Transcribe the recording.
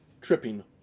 tripping